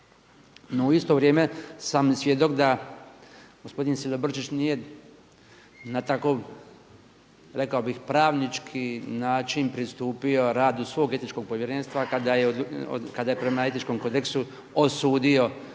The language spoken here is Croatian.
u isto vrijeme sam svjedok da gospodin Silobrčić nije na tako rekao bih pravnički način pristupio radu svog etičkog povjerenstva kada je prema etičkom kodeksu osudio